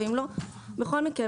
בכל מקרה,